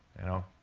you know,